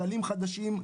כללים חדשים,